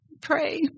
pray